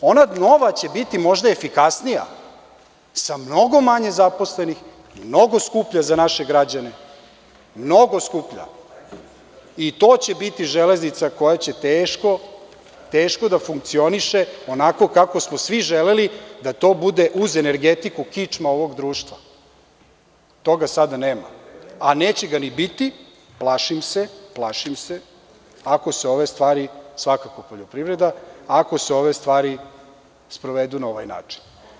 Ona nova će biti možda efikasnija sa mnogo manje zaposlenih, mnogo skuplja za naše građane, mnogo skuplja i to će biti „Železnica“ koja će teško da funkcioniše onako kako smo svi želeli, da to bude uz energetiku kičma ovog društva, toga sada nema, a neće ga ni biti, plašim se, ako se ove stvari, svakako poljoprivreda, ako se ove stvari sprovedu na ovaj način.